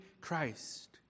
Christ